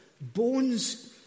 Bones